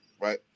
right